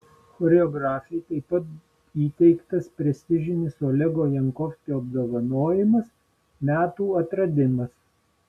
choreografei taip pat įteiktas prestižinis olego jankovskio apdovanojimas metų atradimas